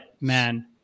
man